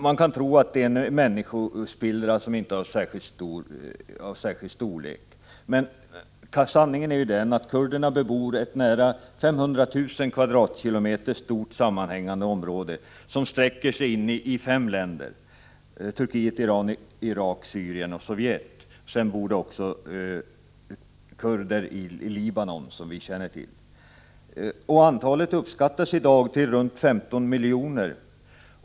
Man kan tro att det är en människospillra som inte har särskilt stor omfattning, men sanningen är den att kurderna bebor ett nära 500 000 km? stort sammanhängande område, som sträcker sig in i fem länder: Turkiet, Iran, Irak, Syrien och Sovjet. Vidare bor det också kurder i Libanon, som vi känner till. Antalet kurder uppskattas i dag till runt 15 miljoner.